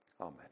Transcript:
Amen